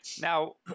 Now